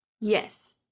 Yes